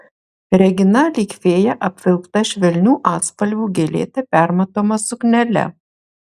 regina lyg fėja apvilkta švelnių atspalvių gėlėta permatoma suknele